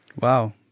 Wow